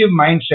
mindset